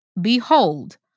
Behold